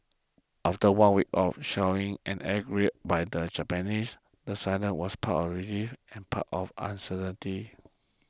after one week of shelling and air raids by the Japanese the silence was part relief and part of uncertainty